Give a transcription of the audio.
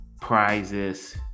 prizes